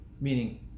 Meaning